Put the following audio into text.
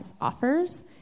offers